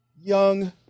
Young